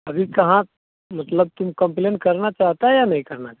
अभी कहाँ मतलब तुम कम्पलेन करना चाहता या नहीं करना चाहता